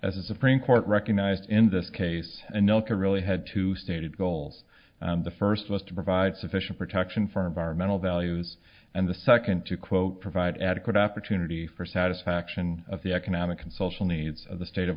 a supreme court recognized in this case anelka really had to stated goals the first was to provide sufficient protection for environmental values and the second to quote provide adequate opportunity for satisfaction of the economic and social needs of the state of